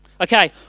Okay